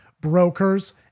brokers